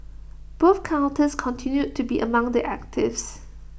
both counters continued to be among the actives